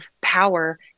power